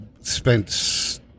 spent